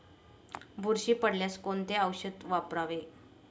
बुरशी पडल्यास कोणते औषध वापरावे?